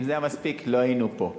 אם זה היה מספיק לא היינו פה.